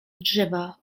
drzewa